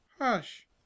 Hush